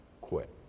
quit